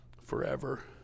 forever